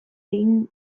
egin